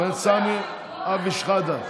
חבר הכנסת סמי אבו שחאדה,